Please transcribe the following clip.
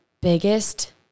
biggest